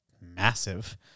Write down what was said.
massive